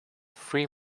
three